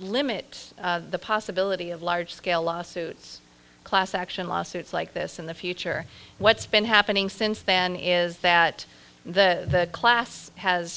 limit the possibility of large scale lawsuits class action lawsuits like this in the future what's been happening since then is that the class has